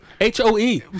H-O-E